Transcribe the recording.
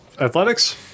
athletics